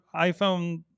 iPhone